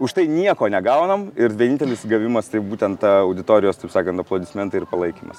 už tai nieko negaunam ir vienintelis gavimas tai būtent auditorijos taip sakant aplodismentai ir palaikymas